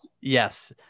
yes